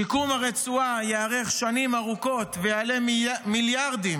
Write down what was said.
שיקום הרצועה יארך שנים ארוכות ויעלה מיליארדים.